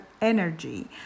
energy